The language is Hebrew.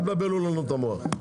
אל תבלבלו לנו את המוח.